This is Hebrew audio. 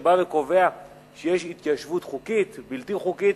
שבא וקובע שיש התיישבות חוקית ובלתי חוקית,